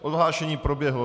Odhlášení proběhlo.